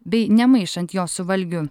bei nemaišant jo su valgiu